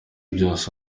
byose